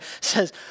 says